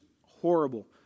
horrible